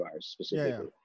specifically